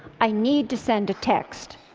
i need to send a text.